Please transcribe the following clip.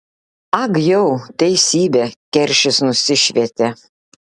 ag jau teisybė keršis nusišvietė